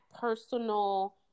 personal